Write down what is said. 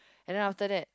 and then after that